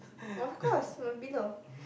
of course my pillow